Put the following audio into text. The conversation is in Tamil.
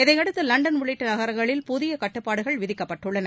இதையடுத்து லண்டன் உள்ளிட்ட நகரங்களில் புதிய கட்டுப்பாடுகள் விதிக்கப்பட்டுள்ளன